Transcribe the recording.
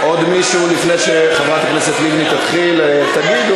שורפי ילדים.